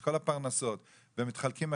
את כל הפרנסות ומתחלקים,